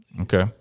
Okay